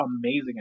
amazing